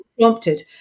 prompted